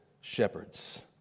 shepherds